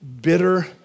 bitter